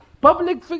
Public